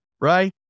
right